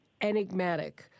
enigmatic